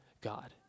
God